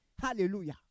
Hallelujah